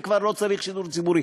וכבר לא צריך שידור ציבורי.